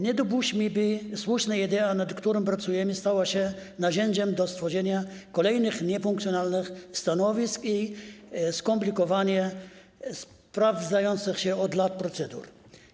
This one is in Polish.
Nie dopuśćmy do tego, by słuszna idea, nad którą pracujemy, stała się narzędziem do stworzenia kolejnych niefunkcjonalnych stanowisk i skomplikowania sprawdzających się od lat procedur.